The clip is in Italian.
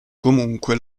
comunque